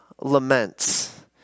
laments